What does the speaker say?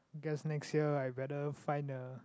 guess next year I better find a